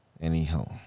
Anyhow